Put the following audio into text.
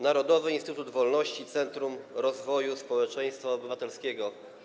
Narodowy Instytut Wolności - Centrum Rozwoju Społeczeństwa Obywatelskiego.